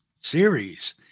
series